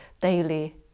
daily